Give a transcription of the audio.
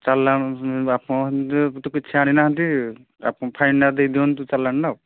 ଚାଲାଣ ଆପଣ ତ କିଛି ଆଣିନାହାନ୍ତି ଫାଇନ୍ଟା ଦେଇଦିଅନ୍ତୁ ଚାଲାଣଟା ଆଉ